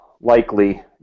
likely